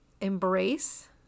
embrace